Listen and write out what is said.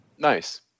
Nice